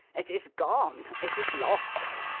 it is gone! it is lost!